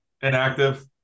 inactive